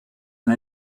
and